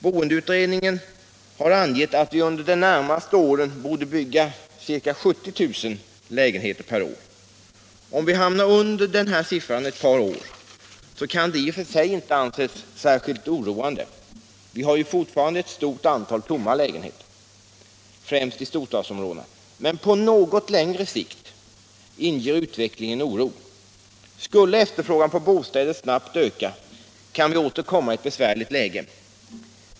Boendeutredningen har angivit att vi under de närmaste åren borde bygga ca 70 000 lägenheter per år. Om vi hamnar under den nivån något år kan detta i och för sig inte anses särskilt oroande. Det finns ju fortfarande ett stort antal tomma lägenheter, främst i storstadsområdena. Men på något längre sikt inger utvecklingen oro. Skulle efterfrågan på bostäder snabbt öka, kan vi åter komma i ett besvärligt läge.